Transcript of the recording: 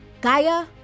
Gaia